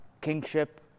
kingship